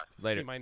Later